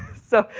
so,